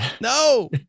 no